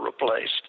replaced